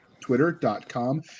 twitter.com